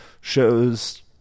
shows